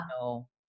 no